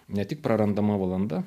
ne tik prarandama valanda